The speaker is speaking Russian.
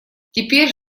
теперь